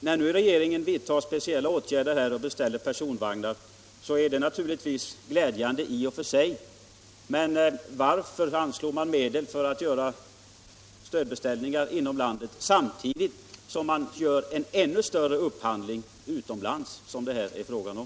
När nu regeringen vidtar speciella åtgärder och beställer personvagnar, är det naturligtvis glädjande i och för sig, men varför anslår den medel för att göra stödbeställningar inom landet, samtidigt som man gör en ännu större upphandling utomlands — som det här är fråga om?